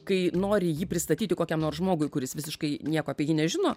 kai nori jį pristatyti kokiam nors žmogui kuris visiškai nieko apie jį nežino